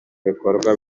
bikorwa